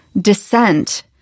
dissent